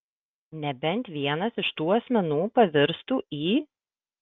nebent vienas iš tų asmenų pavirstų į